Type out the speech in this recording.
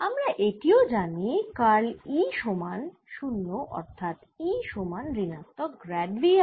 আমরা এটিও জানি কার্ল E সমান 0 অর্থাৎ E সমান ঋণাত্মক গ্র্যাড V r